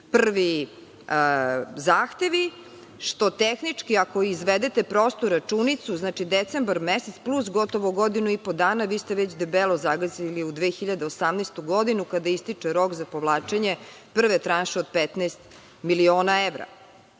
prvi zahtevi, što tehnički, ako izvedete prostu računicu, znači decembar mesec plus gotovo godinu i po dana vi ste već debelo zagazili u 2018. godinu kada ističe rok za povlačenje prve tranše od 15 miliona